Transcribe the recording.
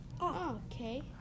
okay